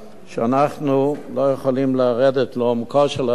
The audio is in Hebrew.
שאנחנו לא יכולים לרדת לעומקו של הדבר.